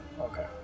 Okay